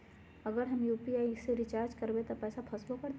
अगर हम यू.पी.आई से रिचार्ज करबै त पैसा फसबो करतई?